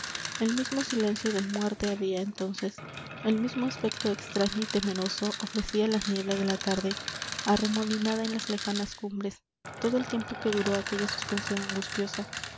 el mismo silencio de muerte había entonces el mismo aspecto extraño y temeroso ofrecía la niebla de la tarde arremolinada en las lejanas cumbres todo el tiempo que duró aquella suspensión angustiosa